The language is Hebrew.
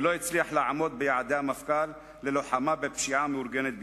ולא הצליח לעמוד ביעדי המפכ"ל ללוחמה בפשיעה המאורגנת בישראל.